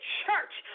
church